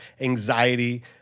anxiety